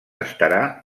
estarà